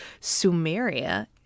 Sumeria